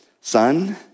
Son